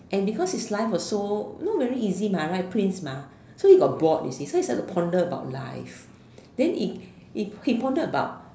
and because his life was so you know very easy right prince so he got bored you see so he decide to ponder about life then he pondered about